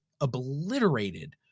obliterated